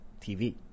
TV